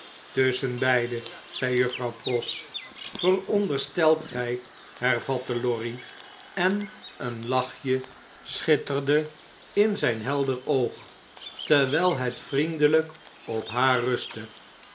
tusschenbeide zei juffrouw pross vooronderstelt gjj hetvatte lorry en een lachje schitterde in zgn helder oog terwnl het vriendelgk op haar rustte